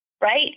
right